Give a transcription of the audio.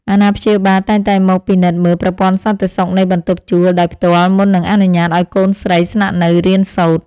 អាណាព្យាបាលតែងតែមកពិនិត្យមើលប្រព័ន្ធសន្តិសុខនៃបន្ទប់ជួលដោយផ្ទាល់មុននឹងអនុញ្ញាតឱ្យកូនស្រីស្នាក់នៅរៀនសូត្រ។